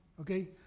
okay